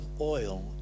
oil